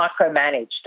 micromanaged